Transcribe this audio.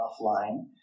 offline